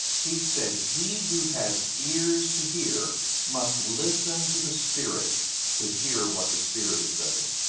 he said he who has ears to hear must listen to the spirit to hear what the spirit is saying.